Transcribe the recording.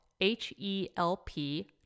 H-E-L-P